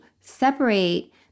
separate